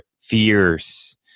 fears